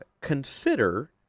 Consider